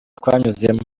twanyuzemo